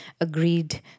agreed